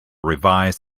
revised